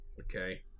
Okay